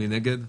מי נגד?